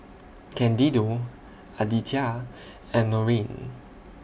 Candido Aditya and Norene